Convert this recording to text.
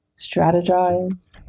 Strategize